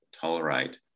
tolerate